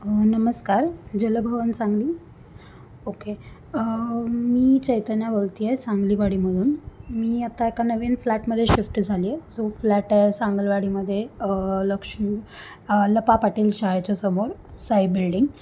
नमस्कार जलभवन सांगली ओके मी चैतन्या बोलत आहे सांगलीवाडीमधून मी आता एका नवीन फ्लॅटमध्ये शिफ्ट झाली आहे जो फ्लॅट आहे सांगलवाडीमध्ये लक्ष्मी लपा पाटील शाळेच्यासमोर साई बिल्डिंग